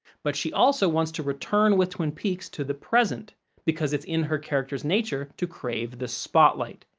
but, she also wants to return with twin peaks to the present because it's in her character's nature to crave the spotlight,